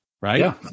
Right